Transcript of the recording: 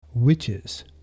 witches